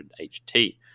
HT